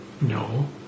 No